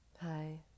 Hi